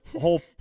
whole